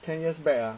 ten years back ah